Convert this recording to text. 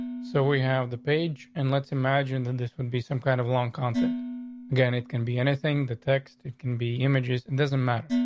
so we have the page and let's imagine that this would be some kind of long content again. it can be anything. the text, it can be images. it and doesn't matter.